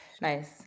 Nice